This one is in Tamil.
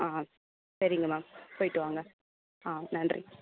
ஆ சரிங்க மேம் போய்விட்டு வாங்க ஆ நன்றி